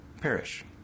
perish